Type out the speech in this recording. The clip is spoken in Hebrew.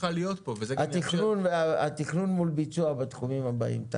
התכנון מול ביצוע בתחומים הבאים.